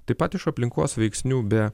taip pat iš aplinkos veiksnių be